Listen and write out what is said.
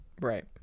right